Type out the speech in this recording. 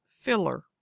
filler